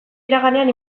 iraganean